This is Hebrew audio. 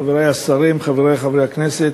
חברי השרים, חברי חברי הכנסת,